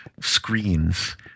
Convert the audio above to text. screens